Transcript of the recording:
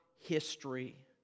history